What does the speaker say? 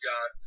God